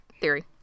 theory